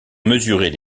mesuraient